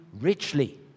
richly